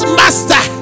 master